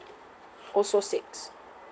also six